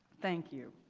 thank you.